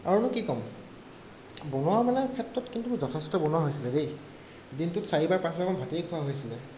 আৰুনো কি ক'ম বনোৱা মেলাৰ ক্ষেত্ৰত কিন্তু মোৰ যথেষ্ট বনোৱা হৈছিলে দেই দিনটোত চাৰিবাৰ পাঁচবাৰমান ভাতেই খোৱা হৈছিলে